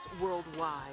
worldwide